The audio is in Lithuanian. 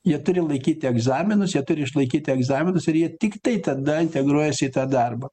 jie turi laikyti egzaminus jie turi išlaikyti egzaminus ir jie tiktai tada integruojasi į tą darbą